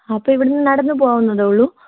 അപ്പോൾ ഇവിടന്ന് നടന്ന് പോകുന്നതേ ഉള്ളൂ